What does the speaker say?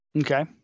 Okay